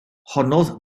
honnodd